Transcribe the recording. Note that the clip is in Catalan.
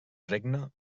regne